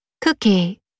cookie